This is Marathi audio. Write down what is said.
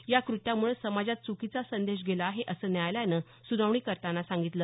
या कृत्यामुळं समाजात चुकीचा संदेश गेला आहे असं न्यायालयानं सुनावणी करतांना सांगितलं